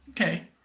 okay